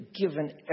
given